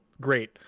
great